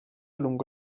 lungo